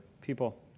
people